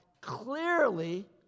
clearly